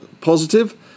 positive